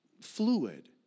fluid